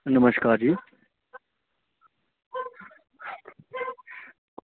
नमस्कार जी